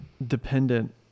Dependent